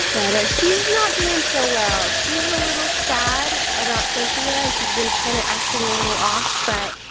better, she's not doing so well, she's a little sad about cynthia, and she's been kinda acting a little off but,